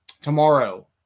tomorrow